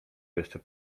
jeszcze